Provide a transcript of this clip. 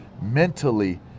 mentally